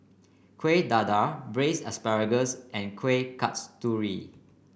Kueh Dadar Braised Asparagus and Kueh Kasturi